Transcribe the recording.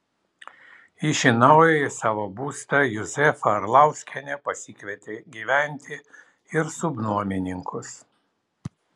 į šį naująjį savo būstą juzefa arlauskienė pasikvietė gyventi ir subnuomininkus